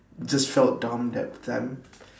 just felt dumb that time